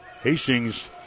Hastings